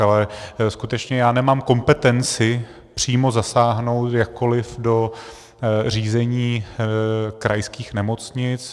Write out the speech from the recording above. Ale skutečně já nemám kompetenci přímo zasáhnout jakkoliv do řízení krajských nemocnic.